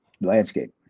landscape